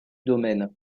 domaine